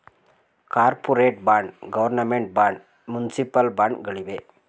corporate bond, government bond, municipal bond ಗಳಿವೆ